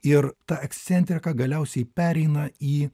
ir ta ekscentrika galiausiai pereina į